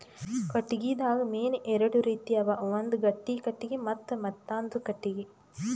ಕಟ್ಟಿಗಿದಾಗ್ ಮೇನ್ ಎರಡು ರೀತಿ ಅವ ಒಂದ್ ಗಟ್ಟಿ ಕಟ್ಟಿಗಿ ಮತ್ತ್ ಮೆತ್ತಾಂದು ಕಟ್ಟಿಗಿ